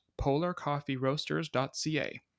polarcoffeeroasters.ca